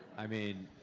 i mean,